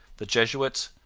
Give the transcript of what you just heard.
the jesuits,